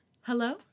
Hello